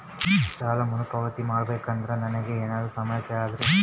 ಸಾಲ ಮರುಪಾವತಿ ಮಾಡಬೇಕಂದ್ರ ನನಗೆ ಏನಾದರೂ ಸಮಸ್ಯೆ ಆದರೆ?